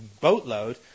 boatload